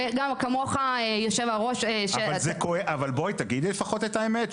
וגם כמוך יושב-הראש --- אבל תגידי לפחות את האמת,